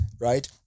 right